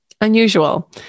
unusual